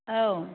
औ